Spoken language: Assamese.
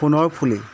সোণৰ ফুলি